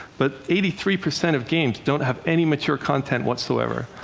but eighty three percent of games don't have any mature content whatsoever,